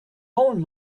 own